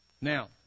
Now